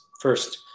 first